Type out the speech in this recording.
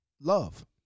love